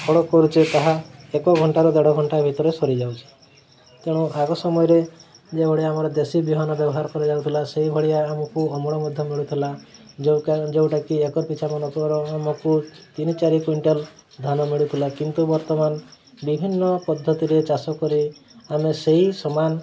ହଳ କରୁଛେ ତାହା ଏକ ଘଣ୍ଟାର ଦେଢ଼ ଘଣ୍ଟା ଭିତରେ ସରିଯାଉଛି ତେଣୁ ଆଗ ସମୟରେ ଯେଉଁଭଳିଆ ଆମର ଦେଶୀ ବିହନ ବ୍ୟବହାର କରାଯାଉଥିଲା ସେହିଭଳିଆ ଆମକୁ ଅମଳ ମଧ୍ୟ ମିଳୁଥିଲା ଯେଉଁଟାକି ଏକର ପିଛାମାନଙ୍କର ଆମକୁ ତିନି ଚାରି କ୍ଵିଣ୍ଟାଲ ଧାନ ମିଳୁଥିଲା କିନ୍ତୁ ବର୍ତ୍ତମାନ ବିଭିନ୍ନ ପଦ୍ଧତିରେ ଚାଷ କରି ଆମେ ସେହି ସମାନ